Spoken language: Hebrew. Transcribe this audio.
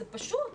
זה פשוט.